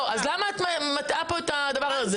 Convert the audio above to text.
לא, אז למה את מטעה פה בדבר הזה?